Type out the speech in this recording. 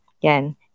again